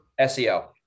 SEO